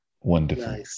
Wonderful